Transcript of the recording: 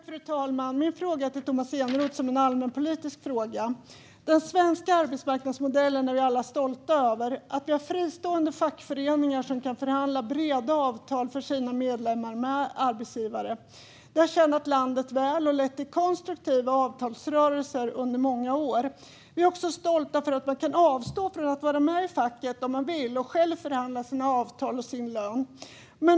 Fru talman! Min allmänpolitiska fråga går till Tomas Eneroth. Den svenska arbetsmarknadsmodellen är vi alla stolta över. Att vi har fristående fackföreningar som kan förhandla breda avtal för sina medlemmar med arbetsgivare har tjänat landet väl och har lett till konstruktiva avtalsrörelser under många år. Vi är också stolta över att man kan avstå från att vara med i facket och själv förhandla sina avtal och sin lön.